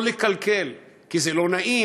לא לקלקל, כי זה לא נעים,